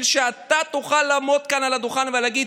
שאתה תוכל לעמוד כאן על הדוכן ולהגיד: